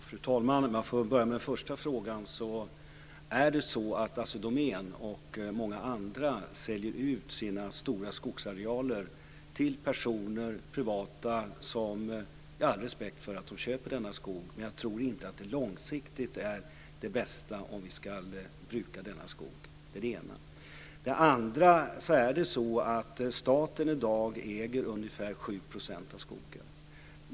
Fru talman! Jag kan börja med den första frågan. Assi Domän och många andra säljer ut sina stora skogsarealer till privatpersoner. Jag har all respekt för att de köper denna skog, men jag tror inte att det långsiktigt är det bästa om vi ska bruka denna skog. Det är det ena. Det andra är att staten i dag äger ungefär 7 % av skogen.